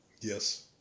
Yes